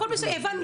הבנתי.